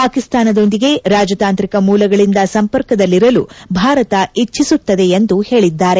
ಪಾಕಿಸ್ತಾನದೊಂದಿಗೆ ರಾಜತಾಂತ್ರಿಕ ಮೂಲಗಳಿಂದ ಸಂಪರ್ಕದಲ್ಲಿರಲು ಭಾರತ ಇಚ್ಚಿಸುತ್ತದೆ ಎಂದು ಪೇಳಿದ್ದಾರೆ